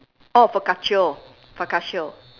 oh focaccia focaccia